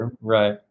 Right